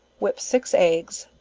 whip six eggs,